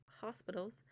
Hospitals